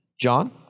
john